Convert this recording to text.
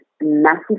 massive